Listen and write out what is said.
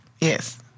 Yes